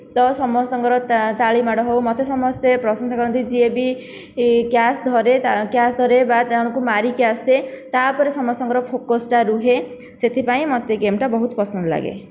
ତ ସମସ୍ତଙ୍କର ତାଳି ମାଡ଼ ହେଉ ମୋତେ ସମସ୍ତେ ପ୍ରଶଂସା କରନ୍ତି ଯିଏ ବି କ୍ୟାଚ ଧରେ କ୍ୟାଚ ଧରେ ବା ଜଣକୁ ମାରିକି ଆସେ ତା ଉପରେ ସମସ୍ତଙ୍କର ଫୋକସଟା ରୁହେ ସେଥିପାଇଁ ମୋତେ ଏ ଗେମଟା ବହୁତ ପସନ୍ଦ ଲାଗେ